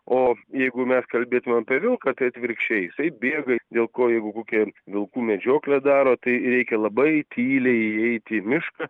o jeigu mes kalbėtume apie vilką tai atvirkščiai jisai bėga dėl ko jeigu kokią vilkų medžioklę daro tai reikia labai tyliai įeiti į mišką